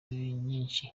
nyinshi